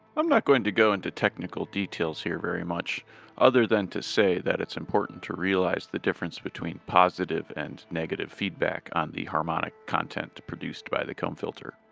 i'm not going to go into technical details here very much other than to say that it's important to realize the difference between positive and negative feedback on the harmonic content produced by the comb filter.